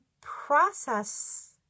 process